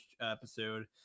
episode